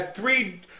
three